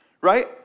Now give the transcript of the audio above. right